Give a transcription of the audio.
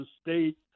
state